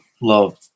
love